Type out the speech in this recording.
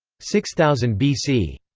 six thousand bc.